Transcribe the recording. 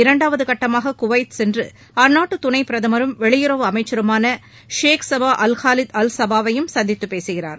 இரண்டாவது கட்டமாக குவைத் சென்று அந்நாட்டு துணைப் பிரதமரும் வெளியுறவு அமைச்சருமான Sheikh Sabah Al Khalid Al Sabah வை சந்தித்துப் பேசுகிறார்